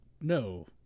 no